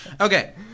Okay